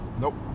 Nope